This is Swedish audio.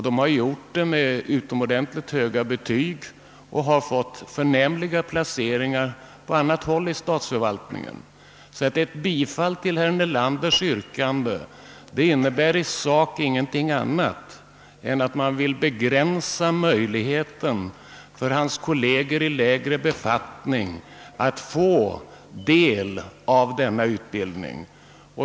De har gjort det med utomordentligt höga betyg, och de har fått goda placeringar på annat håll i statsförvaltningen. Ett bifall till herr Nelanders yrkande innebär i sak ingenting annat än att man vill begränsa möjligheten för hans kolleger i lägre befattning att få del av denna utbildning.